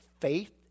faith